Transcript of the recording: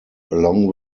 along